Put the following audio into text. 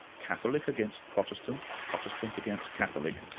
catholic against protestant, protestant against catholic,